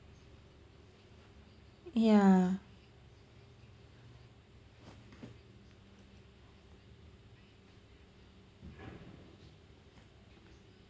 yeah